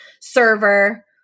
server